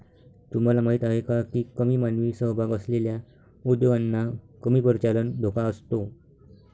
तुम्हाला माहीत आहे का की कमी मानवी सहभाग असलेल्या उद्योगांना कमी परिचालन धोका असतो?